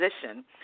position